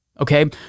Okay